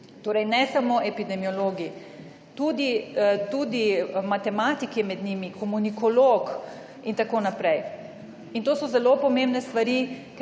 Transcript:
Torej ne samo epidemiologi, tudi matematiki so med njimi, komunikolog in tako naprej. In to so zelo pomembne stvari,